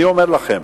אני אומר לכם.